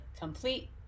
complete